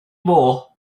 more